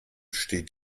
steht